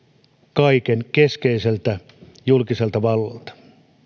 kaiken keskeiseltä julkiselta vallalta